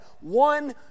one